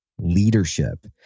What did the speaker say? leadership